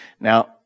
Now